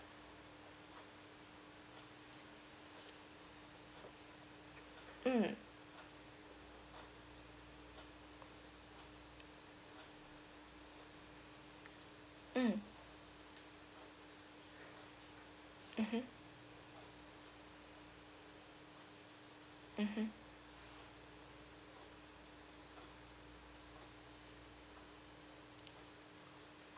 mm mm mmhmm mmhmm